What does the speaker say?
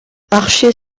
archer